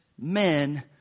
men